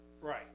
Right